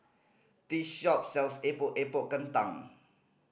this shop sells Epok Epok Kentang